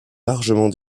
largement